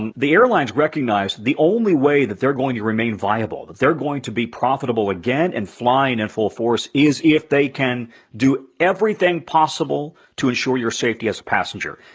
and the airlines recognize the only way that they're going to remain viable, that they're going to be profitable again and flying in and full force is if they can do everything possible to ensure your safety as a passenger.